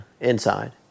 Inside